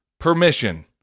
Permission